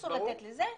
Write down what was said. אסור לתת לזה לקרות.